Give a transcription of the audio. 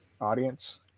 Audience